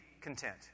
content